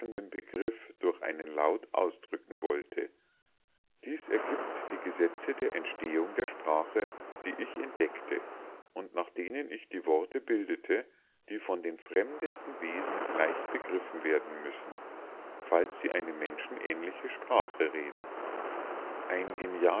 begriff durch einen laut ausdrücken wollte dies ergibt die gesetze der entstehung der sprache die ich entdeckte und nach denen ich die worte bildete die von den fremdesten wesen leicht begriffen werden müssen falls sie eine menschenähnliche sprache reden ein